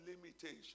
limitation